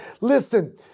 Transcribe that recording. Listen